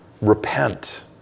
Repent